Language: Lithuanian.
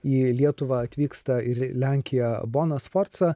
į lietuvą atvyksta ir į lenkiją bona sforca